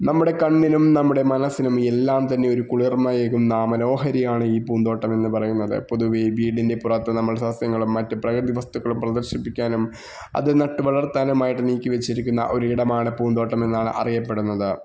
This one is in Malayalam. നമ്മുടെ കണ്ണിനും നമ്മുടെ മനസ്സിനും എല്ലാം തന്നെ ഒരു കുളിര്മയേകുന്ന മനോഹരിയാണ് ഈ പൂന്തോട്ടമെന്ന് പറയുന്നത് പൊതുവെ വീടിന് പുറത്ത് നമ്മള് സസ്യങ്ങളും മറ്റ് പ്രകൃതി വസ്തുക്കളും പ്രദര്ശിപ്പിക്കാനും അത് നട്ടുവളര്ത്താനുമായിട്ട് നീക്കി വച്ചിരിക്കുന്ന ഒരിടമാണ് പൂന്തോട്ടമെന്നാണ് അറിയപ്പെടുന്നത്